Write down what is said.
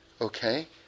Okay